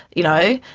you know,